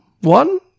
One